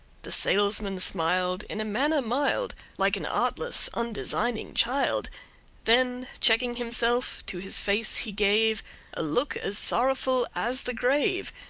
the salesman smiled in a manner mild, like an artless, undesigning child then, checking himself, to his face he gave a look as sorrowful as the grave,